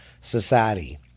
Society